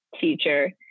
teacher